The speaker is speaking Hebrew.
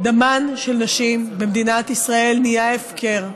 דמן של נשים במדינת ישראל נהיה הפקר.